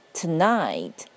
tonight